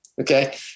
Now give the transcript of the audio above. Okay